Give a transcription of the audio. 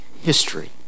history